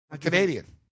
Canadian